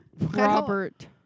Robert